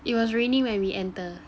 it was raining when we enter